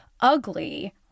ugly